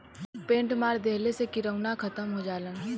paint मार देहले से किरौना खतम हो जाला